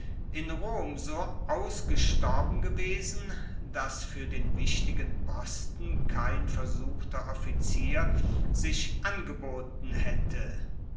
in rom so ausgestorben gewesen dass fuer den wichtigen posten kein versuchter offizier sich angeboten haette